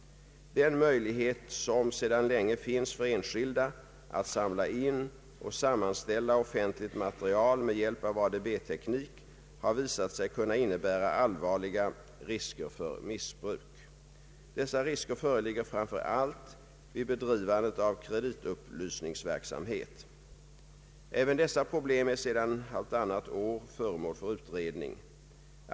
Den möjlighet som sedan länge finns för enskilda att samla in och sammanställa offentligt material med hjälp av ADB-teknik har visat sig kunna innebära allvarliga risker för missbruk. Dessa risker föreligger framför allt vid bedrivandet av kreditupplysningsverksamhet. Även dessa problem är sedan halvtannat år föremål för utredning.